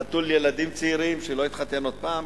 נטול ילדים צעירים, שלא התחתן עוד פעם.